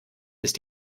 ist